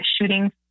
shooting